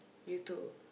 you too